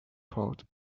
thought